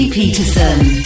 Peterson